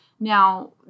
Now